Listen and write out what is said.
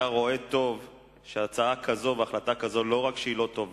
היה רואה טוב שהצעה כזאת והחלטה כזאת לא רק שהיא לא טובה,